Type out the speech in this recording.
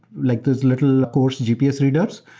like those little course gps readers,